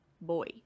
boy